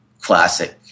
classic